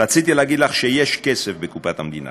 רציתי להגיד לך שיש כסף בקופת המדינה,